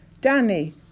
Danny